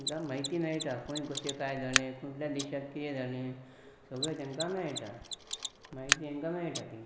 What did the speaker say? तेंकां म्हायती मेळटा खंय कशें काय जालें कुटल्या देशाक कितें जालें सगळें तेंकां मेळटा म्हायती तेंकां मेळटा ती